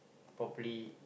properly